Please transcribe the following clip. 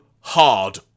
Hard